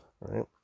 Right